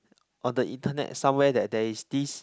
on the internet somewhere that there is this